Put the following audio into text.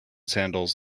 sandals